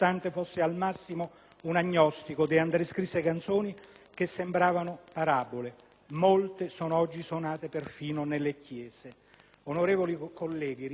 che sembravano parabole ed oggi molte sono suonate perfino nelle chiese. Onorevoli colleghi, ringrazio la Presidenza per aver consentito